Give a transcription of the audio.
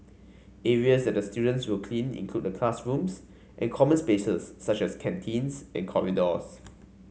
areas that the students will clean include the classrooms and common spaces such as canteens and corridors